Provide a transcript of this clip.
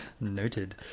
Noted